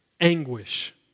anguish